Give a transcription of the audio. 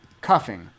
Cuffing